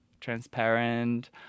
transparent